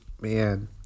man